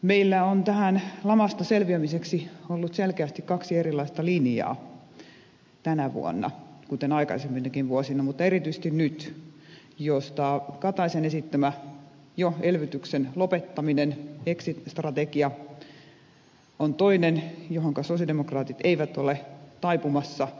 meillä on tästä lamasta selviämiseksi ollut selkeästi kaksi erilaista linjaa tänä vuonna kuten aikaisempinakin vuosina mutta erityisesti nyt joista ministeri kataisen esittämä elvytyksen jo lopettaminen exit strategia on toinen ja johonka sosialidemokraatit eivät ole taipumassa